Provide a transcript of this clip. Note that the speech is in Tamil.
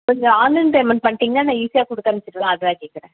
கொஞ்சம் ஆன்லைன் பேமெண்ட் பண்ணிடீங்கனா நான் ஈசியாக கொடுத்து அனுப்பிச்சிடுவேன் அதுதான் கேட்கறேன்